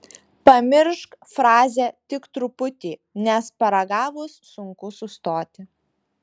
pamiršk frazę tik truputį nes paragavus sunku sustoti